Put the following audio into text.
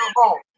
home